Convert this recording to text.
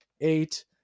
eight